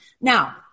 Now